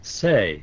say